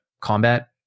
combat